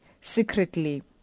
secretly